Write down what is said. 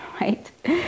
right